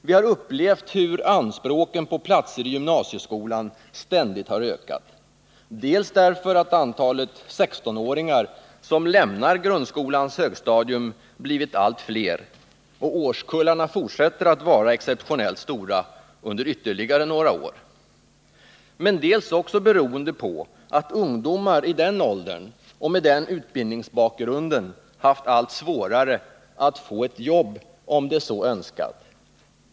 Vi har upplevt hur anspråken på antalet platser i gymnasieskolan ständigt har ökat dels därför att antalet 16-åringar som lämnar grundskolans högstadium blivit allt större — årskullarna fortsätter att vara exceptionellt stora under ytterligare några år —, dels också därför att ungdomar i den åldern och med den utbildningsbakgrunden haft allt svårare att få ett jobb om de så önskat.